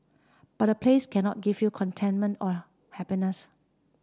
but a place cannot give you contentment or happiness